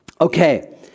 Okay